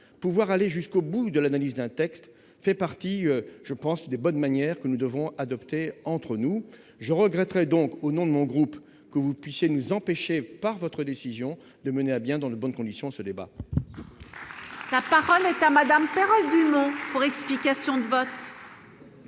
pouvoir aller jusqu'au bout de l'analyse d'un texte fait partie je pense des bonnes manières que nous devons adopter entre nous je regretterai donc au nom de mon groupe que vous puissiez nous empêchait par votre décision de mener à bien dans les bonnes conditions ce débat. La parole est à madame. Pour explication de vote.